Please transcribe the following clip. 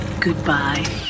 goodbye